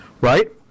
Right